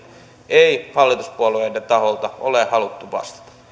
ei hallituspuolueiden taholta ole haluttu vastata